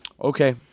Okay